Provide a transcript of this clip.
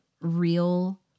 real